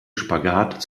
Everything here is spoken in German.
spagat